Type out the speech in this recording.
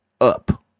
up